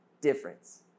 difference